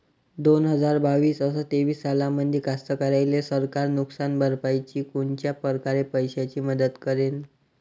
दोन हजार बावीस अस तेवीस सालामंदी कास्तकाराइले सरकार नुकसान भरपाईची कोनच्या परकारे पैशाची मदत करेन?